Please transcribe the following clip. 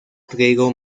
trigo